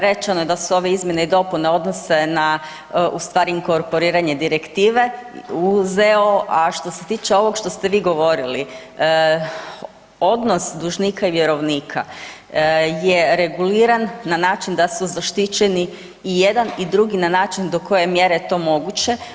Rečeno je da su ove Izmjene i dopune odnose na ustvari inkorporiranje direktive u ZOO, a što se tiče ovog što ste vi govorili, odnos dužnika i vjerovnika jer reguliran na način da su zaštićeni i jedna i drugi na način do koje je mjere to moguće.